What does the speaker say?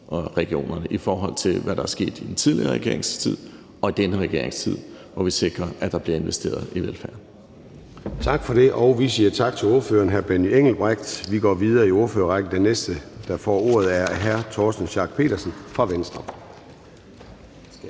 og regionerne i de år, i forhold til hvad der er sket i den tidligere regerings tid og i denne regerings tid, hvor vi sikrer, at der bliver investeret i velfærd. Kl. 10:03 Formanden (Søren Gade): Tak for det, og vi siger tak til ordfører hr. Benny Engelbrecht. Vi går videre i ordførerrækken. Den næste, der får ordet, er hr. Torsten Schack Pedersen fra Venstre.